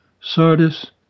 Sardis